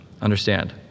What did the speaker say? Understand